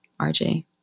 RJ